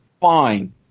fine